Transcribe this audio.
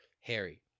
Harry